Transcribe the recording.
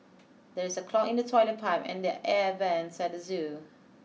there is a clog in the toilet pipe and the air vents at the zoo